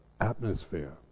atmosphere